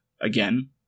again